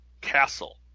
castle